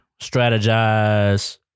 Strategize